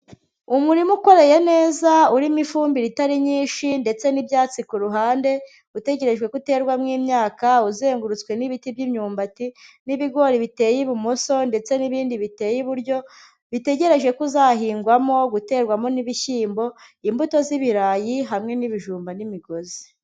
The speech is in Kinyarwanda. Umurima ukoreye neza urimo ifumbire itari nyishi ndetse n'ibyatsi ku ruhande utegerejwe uterwamo imyaka, uzengurutswe n'ibiti by'imyumbati n'ibigori biteye ibumoso ndetse n'ibindi biteye iburyo, bitegereje ko uzahingwamo guterwamo n'ibishyimbo, imbuto z'ibirayi hamwe n'ibijumba n'imigozi.